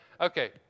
Okay